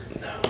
No